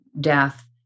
death